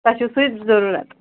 تۄہہِ چھُو سُے ضروٗرَت